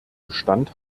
bestand